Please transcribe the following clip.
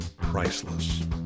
priceless